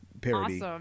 Parody